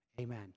Amen